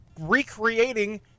recreating